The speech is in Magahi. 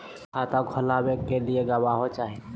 खाता खोलाबे के लिए गवाहों चाही?